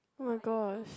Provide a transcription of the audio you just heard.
oh-my-gosh